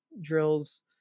drills